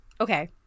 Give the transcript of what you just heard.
Okay